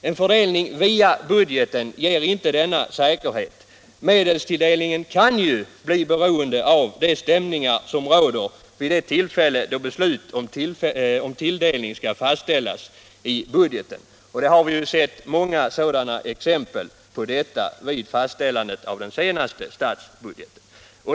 En fördelning via budgeten ger inte denna säkerhet. Medelstilldelningen kan ju bli beroende av de stämningar som råder vid det tillfälle då budgetpropositionen skall fastställas. Vi har ju sett många exempel på detta i vad gäller den senaste statsbudgeten.